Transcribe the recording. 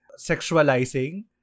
sexualizing